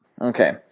Okay